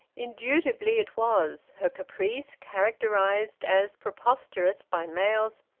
indubitably it was. her caprice, characterised as preposterous by males,